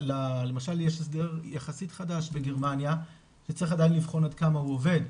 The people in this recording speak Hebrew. למשל יש הסדר יחסית חדש בגרמניה שצריך עדיין לבחון עד כמה הוא עובד,